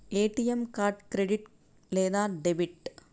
ATM card credit లేదా debit?